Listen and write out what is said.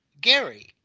Gary